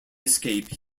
escape